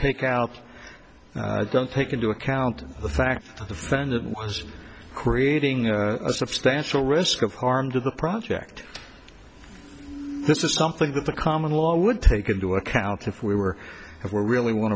take out don't take into account the fact that the friend was creating a substantial risk of harm to the project this is something that the common law would take into account if we were ever really want